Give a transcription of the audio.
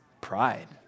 pride